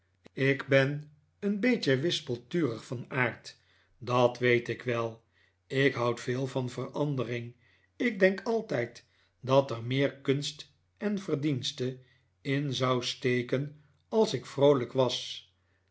ik ben een beetje wispelturig van aard dat weet ik wel ik houd veel van verandering ik denk altijd dat er meer kunst en verdienste in zou steken als ik vroolijk was